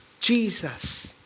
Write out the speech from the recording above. Jesus